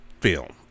film